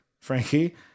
Frankie